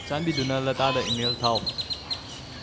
ꯆꯥꯟꯕꯤꯗꯨꯅ ꯂꯇꯥꯗ ꯏꯃꯦꯜ ꯊꯥꯎ